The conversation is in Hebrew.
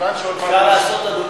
מכיוון שעוד מעט, אדוני, אפשר לעשות ועדה